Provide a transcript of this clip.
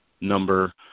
number